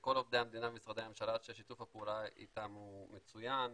וכל עובדי המדינה במשרדי הממשלה ששיתוף הפעולה איתם הוא מצוין.